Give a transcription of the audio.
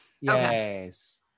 Yes